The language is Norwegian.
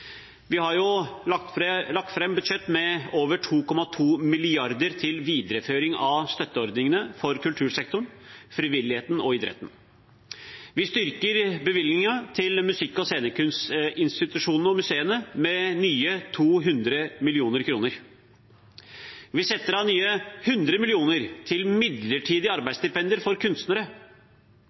Vi har lagt fram et budsjett med over 2,2 mrd. kr til videreføring av støtteordningene for kultursektoren, frivilligheten og idretten. Vi styrker bevilgningene til musikk- og scenekunstinstitusjoner og museer med nye 200 mill. kr. Vi setter av nye 100 mill. kr til midlertidige arbeidsstipender for kunstnere.